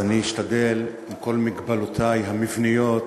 אני אשתדל, עם כל מגבלותי המבניות,